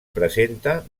presenta